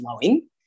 flowing